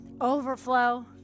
overflow